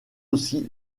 aussi